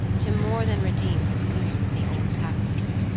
to more than redeem the gloom of the old tapestry.